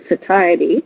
satiety